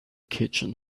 kitchen